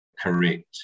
correct